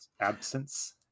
absence